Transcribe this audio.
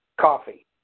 coffee